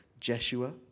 Jeshua